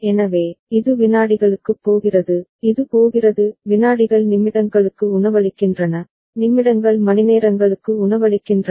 எனவே இது விநாடிகளுக்குப் போகிறது இது போகிறது விநாடிகள் நிமிடங்களுக்கு உணவளிக்கின்றன நிமிடங்கள் மணிநேரங்களுக்கு உணவளிக்கின்றன